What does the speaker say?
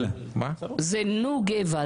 אבל --- זה נו גבע,